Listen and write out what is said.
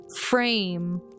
frame